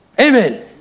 Amen